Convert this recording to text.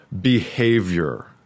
behavior